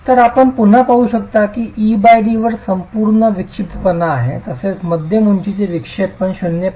तर आपण पुन्हा पाहू शकता की ed वर संपूर्ण विक्षिप्तपणा आहे तसेच मध्यम उंचीचे विक्षेपन 0